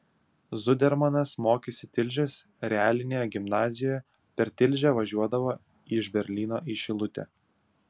zudermanas mokėsi tilžės realinėje gimnazijoje per tilžę važiuodavo iš berlyno į šilutę